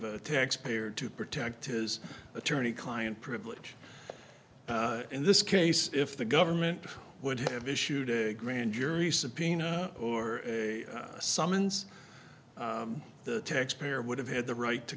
a taxpayer to protect his attorney client privilege in this case if the government would have issued a grand jury subpoena or a summons the taxpayer would have had the right to